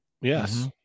yes